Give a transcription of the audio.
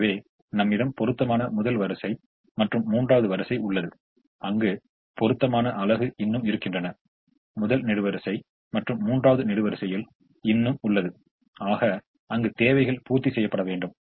எனவே நம்மிடம் பொருத்தமான முதல் வரிசை மற்றும் மூன்றாவது வரிசை உள்ளது அங்கு பொறுத்தமான அலகு இன்னும் இருக்கின்றன முதல் நெடுவரிசை மற்றும் மூன்றாவது நெடுவரிசையில் இன்னும் உள்ளது ஆக அங்கு தேவைகள் பூர்த்தி செய்யப்பட வேண்டும்